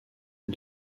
est